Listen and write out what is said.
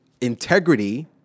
integrity